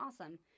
awesome